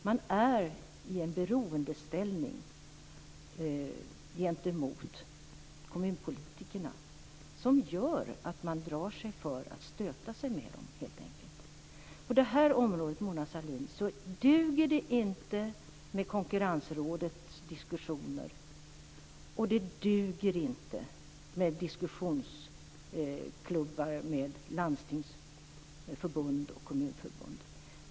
Man är i en beroendeställning gentemot kommunpolitikerna som gör att man drar sig för att stöta sig med dem. På det här området duger det inte med Konkurrensrådets diskussioner, Mona Sahlin. Inte heller duger det med diskussionsklubbar med Landstingsförbundet och Kommunförbundet.